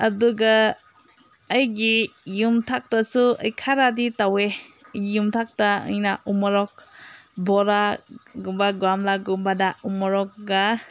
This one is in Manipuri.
ꯑꯗꯨꯒ ꯑꯩꯒꯤ ꯌꯨꯝꯊꯛꯇꯁꯨ ꯑꯩ ꯈꯔꯗꯤ ꯇꯧꯋꯦ ꯌꯨꯝꯊꯛꯇ ꯑꯩꯅ ꯎ ꯄꯣꯔꯣꯛ ꯕꯣꯔꯥꯒꯨꯝꯕ ꯒꯝꯂꯥꯒꯨꯝꯕꯗ ꯎ ꯄꯣꯔꯣꯛꯀ